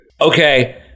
Okay